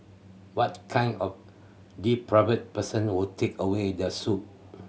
what kind of depraved person would take away the soup